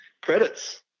Credits